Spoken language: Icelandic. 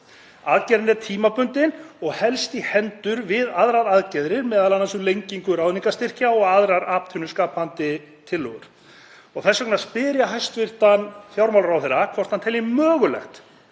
Aðgerðin er tímabundin og helst í hendur við aðrar aðgerðir, m.a. um lengingu ráðningarstyrkja og aðrar atvinnuskapandi tillögur. Þess vegna spyr ég hæstv. fjármálaráðherra hvort hann telji mögulegt